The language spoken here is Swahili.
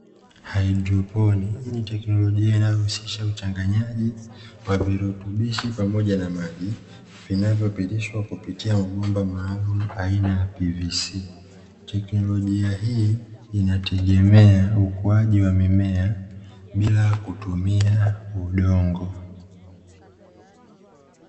Haidroponi hii ni teknolojia inayohisisha uchanganyaji wa virutubishi pamoja na maji, vinavyopitishwa kupitia mabomba maalumu aina ya "PVC" . Teknolojia hii inategemea ukuaji wa mimea bila kutumia udongo.